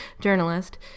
journalist